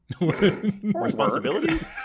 responsibility